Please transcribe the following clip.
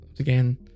again